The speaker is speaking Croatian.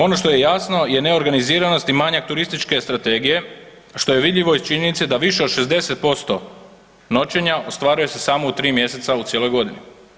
Ono što je jasno je neorganiziranost i manjak turističke strategije što je vidljivo iz činjenice da više od 60% noćenja ostvaruje se samo u 3 mj. u cijeloj godini.